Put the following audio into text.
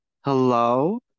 Hello